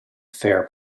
fair